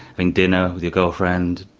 and dinner with your girlfriend,